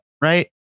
right